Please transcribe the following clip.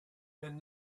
and